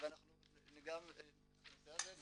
וגם נתייחס לנושא הזה,